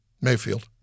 Mayfield